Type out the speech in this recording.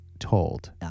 told